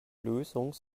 lösung